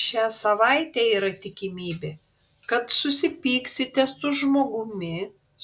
šią savaitę yra tikimybė kad susipyksite su žmogumi